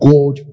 God